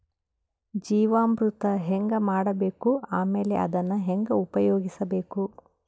ಜೀವಾಮೃತ ಹೆಂಗ ಮಾಡಬೇಕು ಆಮೇಲೆ ಅದನ್ನ ಹೆಂಗ ಉಪಯೋಗಿಸಬೇಕು?